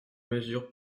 mesures